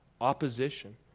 opposition